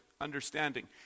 understanding